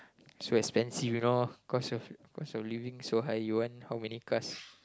so expensive you know cost of cost of living so high you want how many cars